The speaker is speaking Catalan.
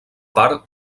part